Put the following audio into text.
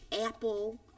apple